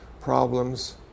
problems